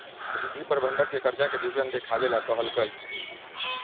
रिद्धि प्रबंधक के कर्जा के विवरण देखावे ला कहलकई